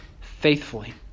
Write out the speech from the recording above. faithfully